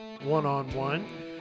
one-on-one